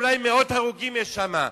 אולי מאות הרוגים יש שמה.